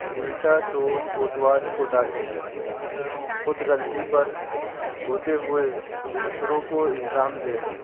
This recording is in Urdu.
الٹا چور کوتوال کو ڈانٹے خود غلطی پر ہوتے ہوئے دوسروں کو الزام دینا